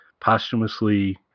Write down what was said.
posthumously